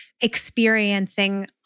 experiencing